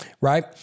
right